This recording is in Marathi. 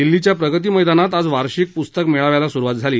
दिल्लीच्या प्रगती मैदानात आज वार्षिक पुस्तक मेळ्याला सुरुवात झाली